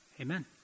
Amen